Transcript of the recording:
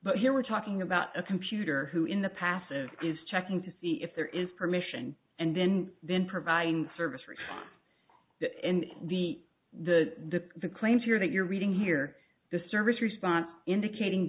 but here we're talking about a computer who in the passive is checking to see if there is permission and then then providing the service read that and the the the claims here that you're reading here the service response indicating